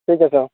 ঠিক আছে অঁ